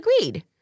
agreed